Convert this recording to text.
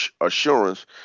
assurance